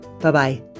Bye-bye